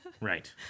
right